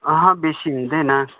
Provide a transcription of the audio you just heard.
बेसी हुँदैन